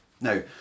Now